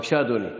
בבקשה, אדוני.